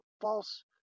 false